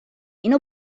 اینو